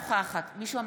נגד עמיחי שיקלי,